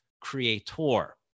creator